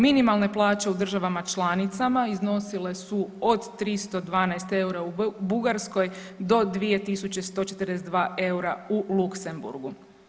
Minimalne plaće u državama članicama iznosile su od 312 eura u Bugarskoj do 2142 eura u Luksemburgu.